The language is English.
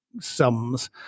sums